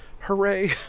Hooray